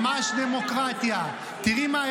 מעלה לכם את